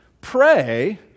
pray